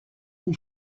will